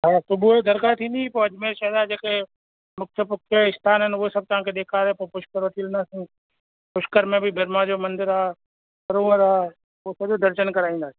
शायदि सुबुह जो दरगाह थींदी पोइ अजमेर शहर या जेके मुख्यु मुख्यु आस्थान आहिनि उहे सभु तव्हांखे ॾेखारे पोइ पुष्कर वठी हलंदासीं पुष्कर में बि ब्रह्मा जो मंदरु आहे सरोवर आहे उहो सॼो दर्शन कराईंदासीं